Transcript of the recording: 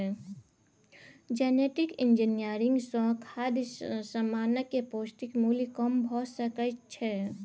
genetic engineering सँ खाद्य समानक पौष्टिक मुल्य कम भ सकै छै